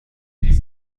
ماشین